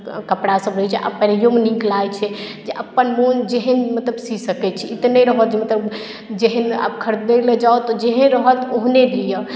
कपड़ासभ रहैत छै आ पहिरैयओमे नीक लागैत छै जे अपन मोन जेहन मतलब सी सकैत छी ई तऽ नहि रहत जे मतलब जेहन आब खरिदय लेल जाउ तऽ जेहे रहत ओहने लिअ